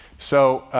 so